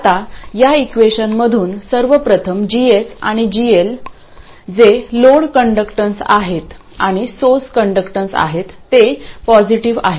आता या इक्वेशनमधून सर्व प्रथम GS आणि GL पहा जे लोड कण्डक्टन्स आहेत आणि सोर्स कण्डक्टन्स आहेत ते पॉसिटिव आहेत